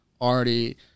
already